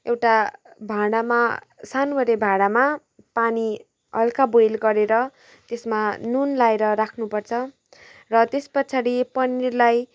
एउटा भाँडामा सानोबडे भाँडामा पानी हल्का बोइल गरेर त्यसमा नुन लाएर राख्नु पर्छ र त्यस पछाडि पनिरलाई